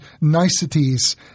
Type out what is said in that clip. niceties